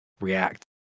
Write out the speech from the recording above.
react